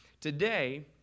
Today